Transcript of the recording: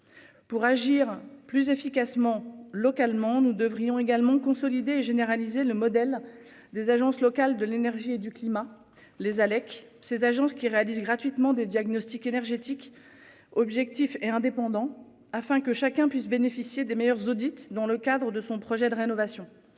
Pour agir plus efficacement localement, nous devrions également consolider généraliser le modèle des agences locales de l'énergie et du climat les Alec ces agences qui réalise gratuitement des diagnostics énergétiques objectif et indépendant afin que chacun puisse bénéficier des meilleurs audits dans le cadre de son projet de rénovation.